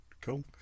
cool